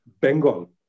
Bengal